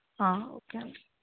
okay